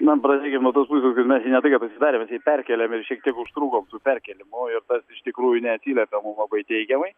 na pradėkim nuo tos pusės kad mes čia ne tai kad atsidarėm bet jį perkėlėme šiek tiek užtrukom su perkėlimu ir tas iš tikrųjų neatsiliepė mum labai teigiamai